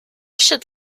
should